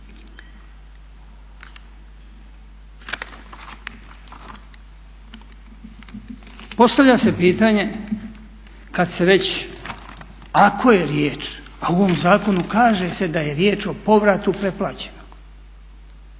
Postavlja se pitanje kada se već, ako je riječ a u ovom zakonu kaže se da je riječ o povratu pretplaćenog.